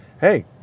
hey